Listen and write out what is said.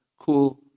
cool